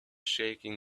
shaking